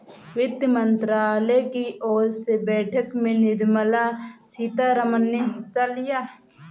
वित्त मंत्रालय की ओर से बैठक में निर्मला सीतारमन ने हिस्सा लिया